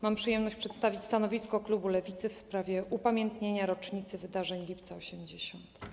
Mam przyjemność przedstawić stanowisko klubu Lewicy w sprawie upamiętnienia rocznicy wydarzeń Lipca 1980.